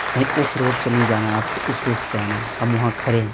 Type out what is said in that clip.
نہیں اس روڈ سے نہیں جانا آپ کو اس روٹ سے آنا ہے ہم وہاں کھڑے ہیں